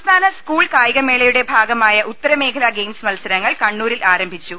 സംസ്ഥാന സ്കൂൾ കായിക മേളയുടെ ഭാഗമായ ഉത്തരമേഖല ഗെയിംസ് മത്സരങ്ങൾ കണ്ണൂരിൽ ആരംഭിച്ചു